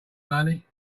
money